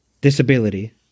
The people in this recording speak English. Disability